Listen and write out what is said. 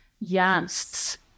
Yes